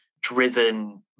driven